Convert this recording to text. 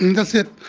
that's it.